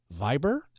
Viber